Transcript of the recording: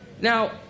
Now